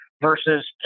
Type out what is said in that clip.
Versus